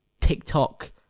TikTok